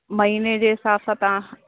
महीने जे हिसाबु सां तव्हां